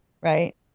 Right